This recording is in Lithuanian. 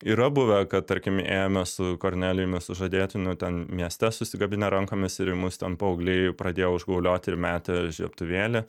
yra buvę kad tarkim ėmė su kornelijumi sužadėtiniu ten mieste susikabinę rankomis ir į mus ten paaugliai pradėjo užgaulioti ir metė žiebtuvėlį